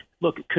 look